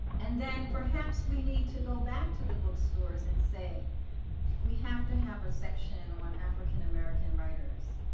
and then, perhaps we need to go back to the bookstores and say we have to have a section on african american writers.